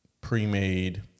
pre-made